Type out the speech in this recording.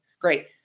great